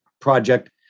project